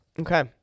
Okay